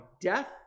death